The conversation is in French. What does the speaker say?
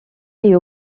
est